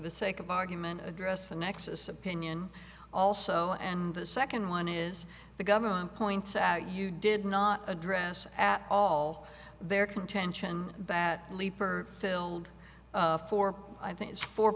the sake of argument address the nexus opinion also and the second one is the government pointed out you did not address at all their contention that leaper filled for i think it's fo